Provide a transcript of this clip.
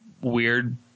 weird